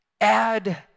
Add